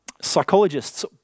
Psychologists